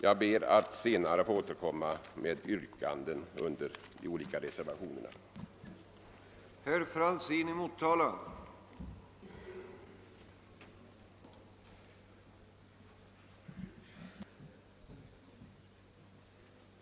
Jag yrkar bifall till reservationerna 1 a och 2 vid bankoutskottets utlåtande nr 18 och ber att senare få återkomma beträffande övriga yrkanden.